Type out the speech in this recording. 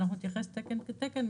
אנחנו נתייחס תקן כתקן,